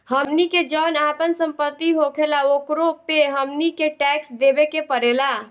हमनी के जौन आपन सम्पति होखेला ओकरो पे हमनी के टैक्स देबे के पड़ेला